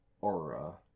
aura